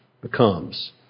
becomes